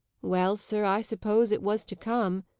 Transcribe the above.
well, sir, i suppose it was to come,